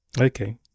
Okay